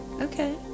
okay